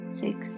six